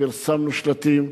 פרסמנו שלטים,